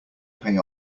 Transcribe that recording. pay